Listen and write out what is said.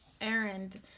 errand